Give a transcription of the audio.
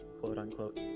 quote-unquote